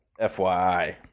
FYI